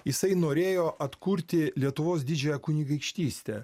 jisai norėjo atkurti lietuvos didžiąją kunigaikštystę